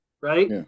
right